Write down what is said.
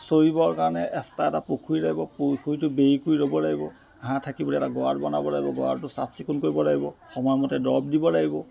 চৰিবৰ কাৰণে এক্সট্ৰা এটা পুখুৰী লাগিব পুখুৰীটো বেৰি কুৰি ল'ব লাগিব হাঁহ থাকিবলৈ এটা গঁৰাল বনাব লাগিব গঁৰালটো চাফ চিকুণ কৰিব লাগিব সময়মতে দৰব দিব লাগিব